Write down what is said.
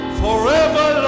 forever